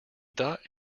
thought